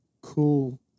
cool